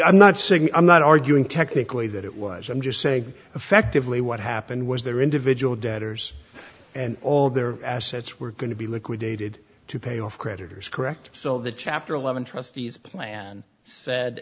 i'm not saying i'm not arguing technically that it was i'm just saying effectively what happened was their individual debtors and all their assets were going to be liquidated to pay off creditors correct so the chapter eleven trustees plan said